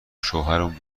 شوهرمون